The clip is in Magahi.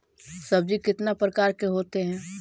सब्जी कितने प्रकार के होते है?